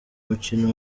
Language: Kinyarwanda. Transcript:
mukino